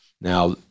Now